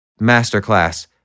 masterclass